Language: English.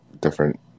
different